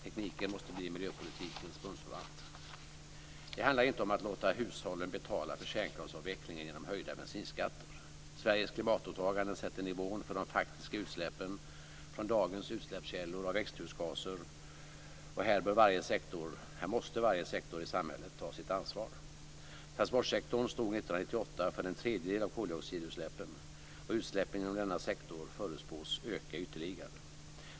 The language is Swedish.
Tekniken måste bli miljöpolitikens bundsförvant. Det handlar inte om att låta hushållen betala för kärnkraftsavvecklingen genom höjda bensinskatter. Sveriges klimatåtaganden sätter nivån för de faktiska utsläppen från dagens utsläppskällor av växthusgaser, och här måste varje sektor i samhället ta sitt ansvar. Transportsektorn stod 1998 för en tredjedel av koldioxidutsläppen, och utsläppen inom denna sektor förutspås öka ytterligare.